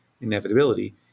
inevitability